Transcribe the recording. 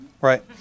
Right